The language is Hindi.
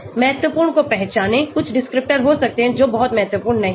महत्वपूर्ण को पहचानें कुछ डिस्क्रिप्टर हो सकते हैं जो बहुत महत्वपूर्ण नहीं है